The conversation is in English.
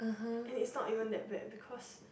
and it's not even that bad because